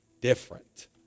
different